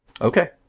Okay